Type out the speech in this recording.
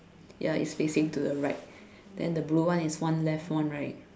ya it's facing to the right then the blue one is one left one right